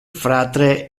fratre